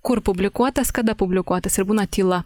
kur publikuotas kada publikuotas ir būna tyla